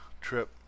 trip